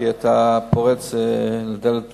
כי אתה מתפרץ לדלת פתוחה.